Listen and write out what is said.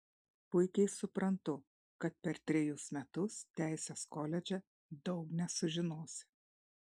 puikiai suprantu kad per trejus metus teisės koledže daug nesužinosi